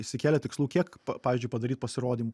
išsikėlę tikslų kiek pa pavyzdžiui padaryt pasirodymų